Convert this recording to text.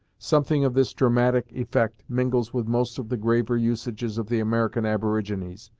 something of this dramatic effect mingles with most of the graver usages of the american aborigines,